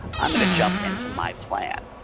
i'm going to jump into my plan.